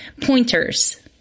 pointers